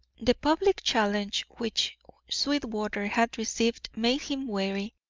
the public challenge which sweetwater had received made him wary,